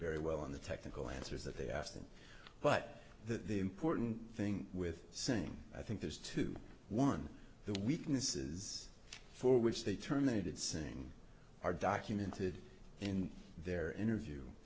very well on the technical answers that they asked him but the important thing with same i think there's two one the weaknesses for which they terminated saying are documented in their interview